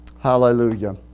Hallelujah